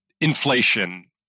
inflation